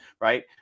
right